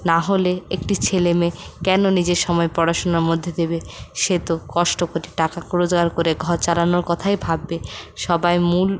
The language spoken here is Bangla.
নাহলে একটি ছেলে মেয়ে কেন নিজের সময় পড়াশোনার মধ্যে দেবে সে তো কষ্ট করে টাকা রোজগার করে ঘর চালানোর কথাই ভাববে সবাই মূল